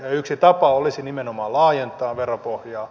yksi tapa olisi nimenomaan laajentaa veropohjaa